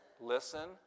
Listen